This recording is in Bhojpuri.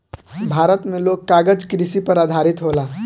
भारत मे लोग कागज कृषि पर आधारित होला